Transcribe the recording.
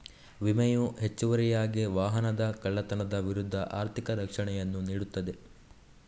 ವಿಮೆಯು ಹೆಚ್ಚುವರಿಯಾಗಿ ವಾಹನದ ಕಳ್ಳತನದ ವಿರುದ್ಧ ಆರ್ಥಿಕ ರಕ್ಷಣೆಯನ್ನು ನೀಡುತ್ತದೆ